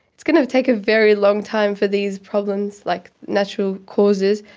it's going to take a very long time for these problems, like natural causes,